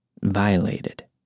violated